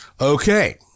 okay